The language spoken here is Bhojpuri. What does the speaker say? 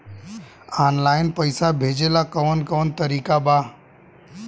आनलाइन पइसा भेजेला कवन कवन तरीका बा?